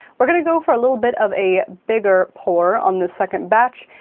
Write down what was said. we're gonna go for a little bit of a bigger pour on the second batch,